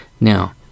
Now